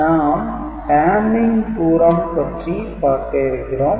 நாம் "Hamming தூரம்" பற்றி பார்க்க இருக்கிறோம்